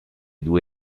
due